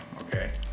Okay